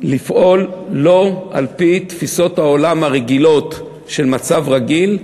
לפעול לא על-פי תפיסות העולם הרגילות של מצב רגיל,